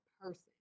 person